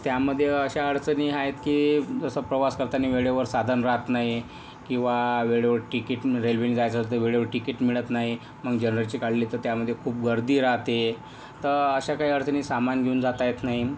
त्यामध्ये अशा अडचणी आहेत की जसं प्रवास करताना वेळेवर साधन राहत नाही किंवा वेळेवर तिकीट रेल्वेने जायचं तर वेळेवर तिकीट मिळत नाही मग जनरलचे काढले तर त्यामध्ये खूप गर्दी राहते तर अशा काही अडचणी सामान घेऊन जाता येत नाही